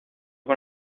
con